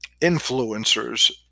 influencers